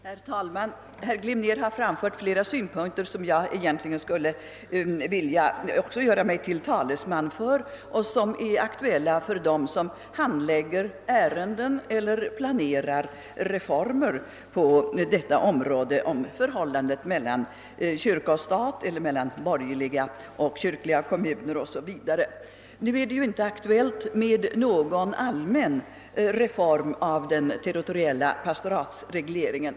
Herr talman! Herr Glimnér har framfört flera synpunkter som också jag egentligen skulle vilja göra mig till talesman för och som är aktuella för dem som handlägger ärenden eller planerar reformer i frågorna om förhållandet mellan kyrka och stat, mellan borgerliga och kyrkliga kommuner o. s. v. Det är ju för närvarande inte aktuellt med någon allmän reform av den territoriella pastoratsregleringen.